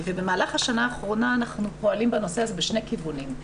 במהלך השנה האחרונה אנחנו פועלים בנושא הזה בשני כיוונים.